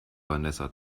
vanessa